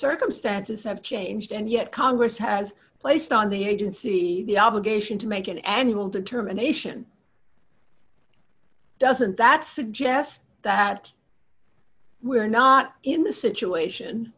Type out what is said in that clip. circumstances have changed and yet congress has placed on the agency the obligation to make an annual determination doesn't that suggest that we're not in the situation